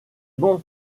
bon